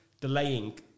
delaying